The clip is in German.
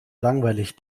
langweilig